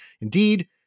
Indeed